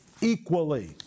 equally